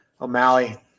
O'Malley